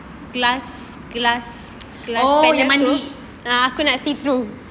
oh yang mandi